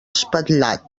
espatlat